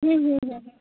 হুম হুম হুম হুম